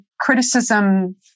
criticism